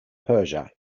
persia